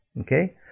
okay